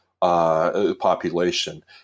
population